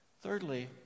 Thirdly